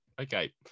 Okay